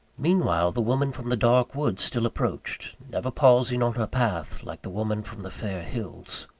meanwhile, the woman from the dark wood still approached never pausing on her path, like the woman from the fair hills.